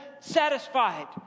satisfied